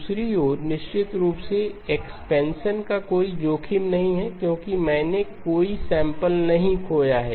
दूसरी ओर निश्चित रूप से एक्सपेंशन का कोई जोखिम नहीं है क्योंकि मैंने कोई सैंपल नहीं खोया है